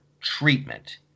treatment